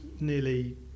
nearly